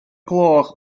gloch